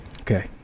Okay